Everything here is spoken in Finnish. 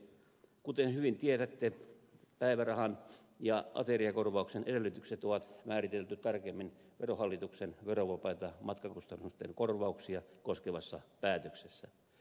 kuten hyvin tiedätte päivärahan ja ateriakorvauksen edellytykset on määritelty tarkemmin verohallituksen verovapaita matkakustannusten korvauksia koskevassa päätöksessä